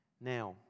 Now